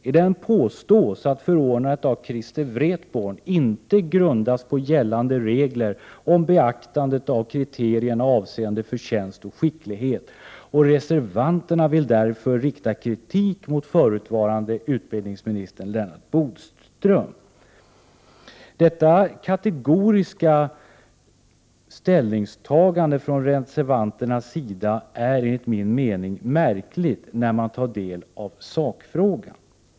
I den påstås att förordnandet av Christer Wretborn inte grundas på gällande regler om beaktande av kriterierna avseende förtjänst och skicklighet, och reservanterna vill därför rikta kritik mot förutvarande utbildningsministern Lennart Bodström. Detta kategoris kaställningstagande av reservanterna är enligt min mening märkligt, när man tar del av sakfrågan.